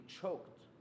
choked